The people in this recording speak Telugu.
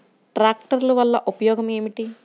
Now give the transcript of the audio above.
ట్రాక్టర్ల వల్ల ఉపయోగం ఏమిటీ?